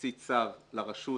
להוציא צו לרשות